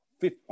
fifth